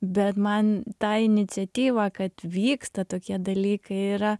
bet man ta iniciatyva kad vyksta tokie dalykai yra